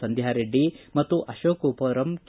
ಸಂಧ್ವಾರೆಡ್ಡಿ ಮತ್ತು ಅಶೋಕಪುರಂ ಕೆ